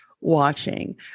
watching